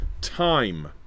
time